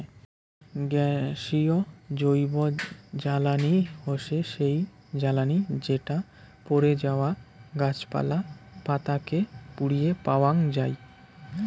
গ্যাসীয় জৈবজ্বালানী হসে সেই জ্বালানি যেটো পড়ে যাওয়া গাছপালা, পাতা কে পুড়িয়ে পাওয়াঙ যাই